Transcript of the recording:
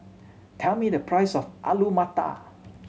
tell me the price of Alu Matar